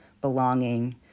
belonging